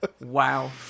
Wow